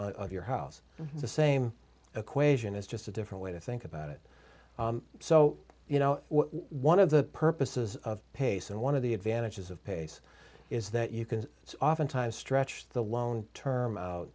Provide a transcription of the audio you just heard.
your house the same equation is just a different way to think about it so you know one of the purposes of pace and one of the advantages of pace is that you can oftentimes stretch the loan term out